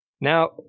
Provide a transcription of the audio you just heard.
Now